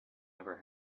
never